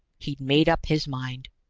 he'd made up his mind.